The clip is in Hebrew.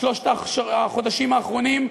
בשלושת החודשים האחרונים,